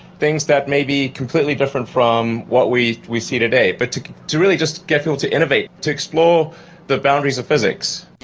things that may be completely different from what we we see today. but to to really just to get people to innovate, to explore the boundaries of physics.